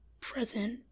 present